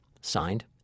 Signed